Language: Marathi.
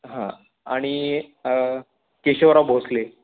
हां आणि केशवराव भोसले